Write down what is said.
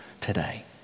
today